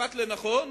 בית-המשפט לנכון